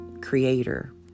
creator